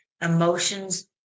emotions